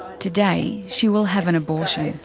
today, she will have an abortion.